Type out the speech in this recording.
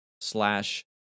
slash